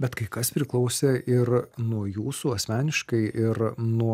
bet kai kas priklausė ir nuo jūsų asmeniškai ir nuo